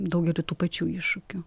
daugeliu tų pačių iššūkių